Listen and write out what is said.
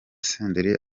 senderi